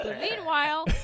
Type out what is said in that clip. Meanwhile